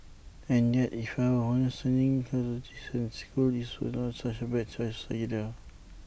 and yet if I were honest sending her to Jason's school is not such A bad choice either